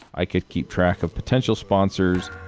i could keep track of potential sponsors,